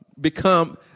become